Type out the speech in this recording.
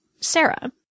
Sarah